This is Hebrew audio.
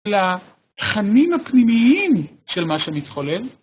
לתכנים הפנימיים של מה שמתחולל.